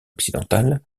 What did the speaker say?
occidentale